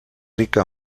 rica